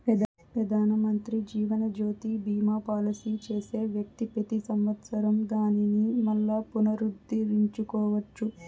పెదానమంత్రి జీవనజ్యోతి బీమా పాలసీ చేసే వ్యక్తి పెతి సంవత్సరం దానిని మల్లా పునరుద్దరించుకోవచ్చు